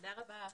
תודה רבה.